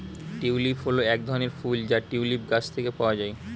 tulip হল এক ধরনের ফুল যা টিউলিপ গাছ থেকে পাওয়া যায়